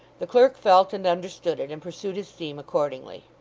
the clerk felt and understood it, and pursued his theme accordingly.